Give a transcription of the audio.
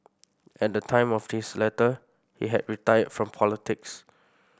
at the time of his letter he had retired from politics